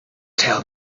tell